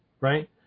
Right